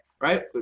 Right